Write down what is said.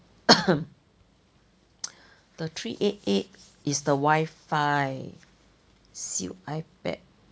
the three eight eight is the wifi see ipad